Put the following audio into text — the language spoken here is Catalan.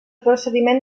procediment